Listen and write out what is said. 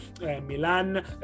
Milan